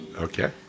Okay